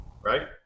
Right